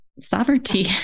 ...sovereignty